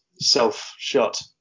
self-shot